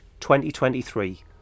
2023